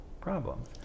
problems